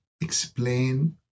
explain